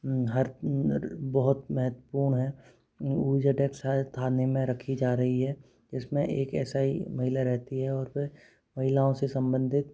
हर बहुत महत्वपूर्ण हैं ऊर्जा टेक्स हर थाने में रखी जा रही है जिसमें एक एस आई महिला रहती है और वह महिलाओं से संबंधित